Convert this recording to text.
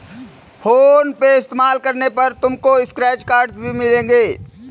phone पे इस्तेमाल करने पर तुमको स्क्रैच कार्ड्स भी मिलेंगे